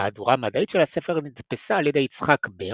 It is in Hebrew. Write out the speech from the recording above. מהדורה מדעית של הספר נדפסה על ידי יצחק בר,